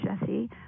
Jesse